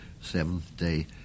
Seventh-day